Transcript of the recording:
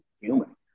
human